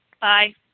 Bye